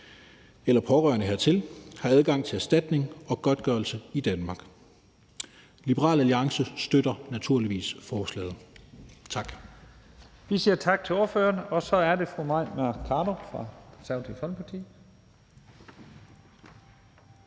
eller pårørende hertil har adgang til erstatning og godtgørelse i Danmark. Liberal Alliance støtter naturligvis forslaget. Tak.